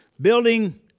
Building